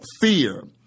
fear